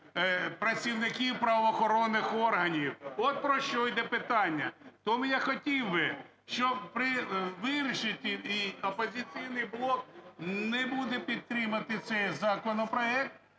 працівників правоохоронних органів. От про що іде питання. Тому я хотів би, щоб вирішити, і "Опозиційний блок" не буде підтримувати цей законопроект,